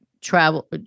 travel